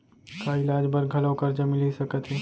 का इलाज बर घलव करजा मिलिस सकत हे?